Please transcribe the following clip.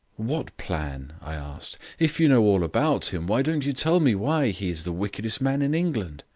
what plan? i asked. if you know all about him, why don't you tell me why he is the wickedest man in england?